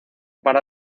para